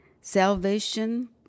salvation